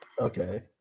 okay